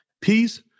Peace